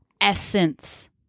essence